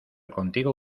contigo